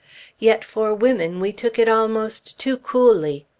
yet for women, we took it almost too coolly.